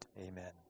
Amen